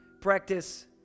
practice